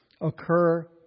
occur